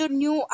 new